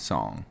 Song